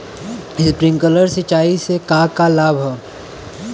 Sprinkler सिंचाई से का का लाभ ह?